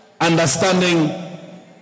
understanding